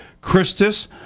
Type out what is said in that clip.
Christus